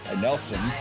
Nelson